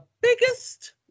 biggest